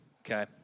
okay